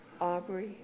Aubrey